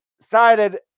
cited